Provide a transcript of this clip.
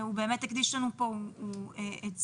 הוא הקדיש לנו מזמנו,